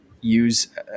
use